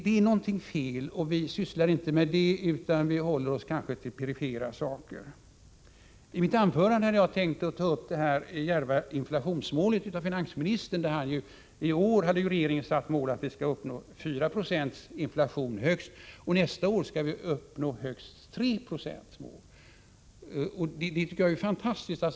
Detta är fel, men vi sysslar inte med det problemet utan vi håller oss kanske till perifera saker. I mitt anförande hade jag tänkt ta upp finansministerns djärva inflationsmål. Regeringens mål för i år är 4 96 inflation, och högst 3 26 nästa år. Detta tycker jag är fantastiskt!